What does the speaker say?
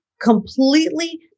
completely